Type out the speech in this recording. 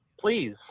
please